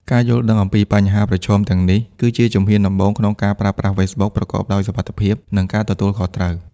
ការយល់ដឹងអំពីបញ្ហាប្រឈមទាំងនេះ គឺជាជំហានដំបូងក្នុងការប្រើប្រាស់ Facebook ប្រកបដោយសុវត្ថិភាព និងការទទួលខុសត្រូវ។